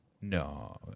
No